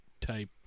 type